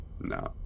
no